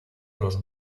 los